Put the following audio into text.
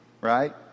right